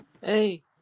Hey